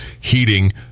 heating